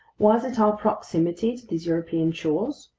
was it our proximity to these european shores?